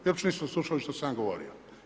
Vi uopće niste slušali što sam ja govorio.